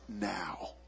now